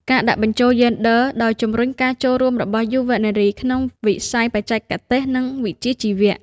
ការដាក់បញ្ចូលយេនឌ័រ ដោយជំរុញការចូលរួមរបស់យុវនារីក្នុងវិស័យបច្ចេកទេស និងវិជ្ជាជីវៈ។